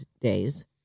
days